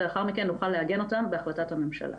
ולאחר מכן נוכל לעגן אותן בהחלטת הממשלה.